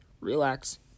relax